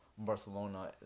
Barcelona